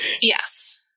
Yes